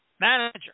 manager